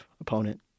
opponent